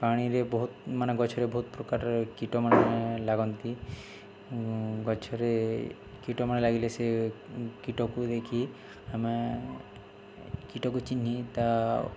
ପାଣିରେ ବହୁତ ମାନେ ଗଛରେ ବହୁତ ପ୍ରକାର କୀଟ ମାନେ ଲାଗନ୍ତି ଗଛରେ କୀଟମାନେ ଲାଗିଲେ ସେ କୀଟକୁ ଦେଖି ଆମେ କୀଟକୁ ଚିହ୍ନି ତା